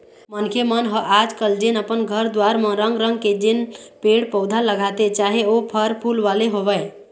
मनखे मन ह आज कल जेन अपन घर दुवार म रंग रंग के जेन पेड़ पउधा लगाथे चाहे ओ फर फूल वाले होवय